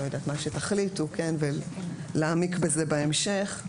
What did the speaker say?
מה שתחליטו ולהעמיק בזה בהמשך,